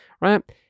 right